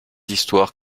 histoires